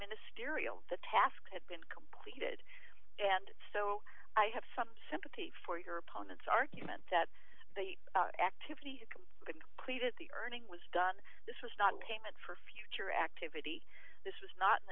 ministerial the task had been completed and so i have some sympathy for your opponent's argument that they actively concluded the earning was done this was not payment for future activity this was not in